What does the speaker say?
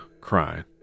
crying